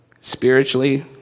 Spiritually